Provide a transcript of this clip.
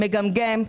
מגמגם,